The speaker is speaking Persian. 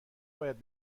باید